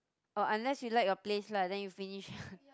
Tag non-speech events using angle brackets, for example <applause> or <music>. or unless you like a place lah then you finish <laughs>